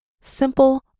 simple